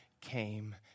came